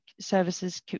services